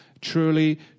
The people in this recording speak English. Truly